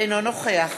אינו נוכח